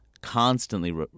constantly